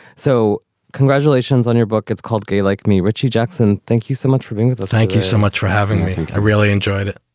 so congratulations on your book. it's called gay like me, richie jackson. thank you so much for being with us thank you so much for having me. i really enjoyed it.